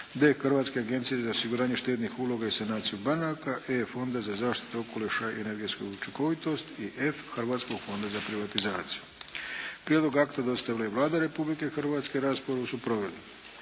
d) Hrvatske agencije za osiguranje štednih uloga i sanaciju banaka, e) Fonda za zaštitu okoliša i energetsku učinkovitost, f) Hrvatskog fonda za privatizaciju. Prijedlog akta dostavila je Vlada Republike Hrvatske. Raspravu su proveli